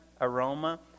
aroma